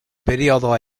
periodo